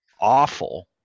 awful